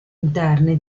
interni